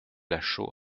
lachaud